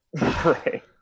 Right